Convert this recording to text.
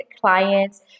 clients